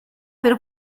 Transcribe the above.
per